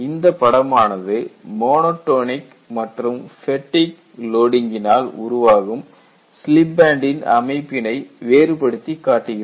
இந்த படமானது மோனோடோனிக் மற்றும் ஃபேட்டிக் லோடிங்கினால் உருவாகும் ஸ்லிப் பேண்டின் அமைப்பினை வேறுபடுத்திக் காட்டுகிறது